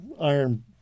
iron